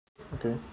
okay